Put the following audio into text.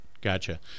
Gotcha